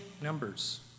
numbers